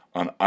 on